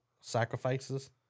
sacrifices